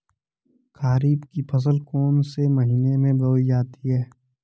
खरीफ की फसल कौन से महीने में बोई जाती है?